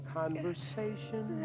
conversation